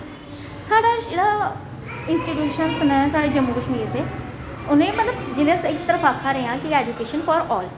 साढ़ा जेह्ड़ा इस्टीटयूशन न जम्मू कश्मीर दे उ'नें मतलब जिस इक तरफ अस आक्खा ने हा कि ऐजुकेशन फार आल